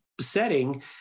setting